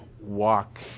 walk